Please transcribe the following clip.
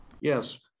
Yes